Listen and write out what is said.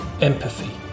empathy